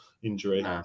injury